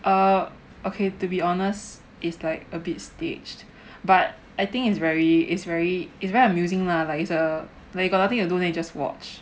err okay to be honest is like a bit staged but I think is very is very it's very amusing lah like is a like you got nothing to do then you just watch